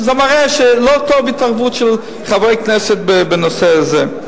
אז זה מראה שלא טוב שתהיה התערבות של חברי כנסת בנושא הזה.